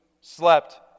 slept